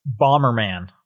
Bomberman